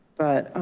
but